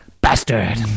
Bastard